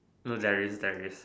no there is there is